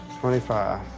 twenty five.